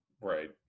Right